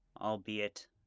albeit